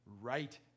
right